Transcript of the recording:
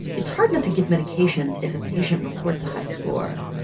it's hard not to give medications if a patient reports a high score.